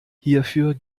hierfür